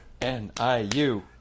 N-I-U